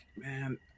man